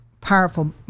powerful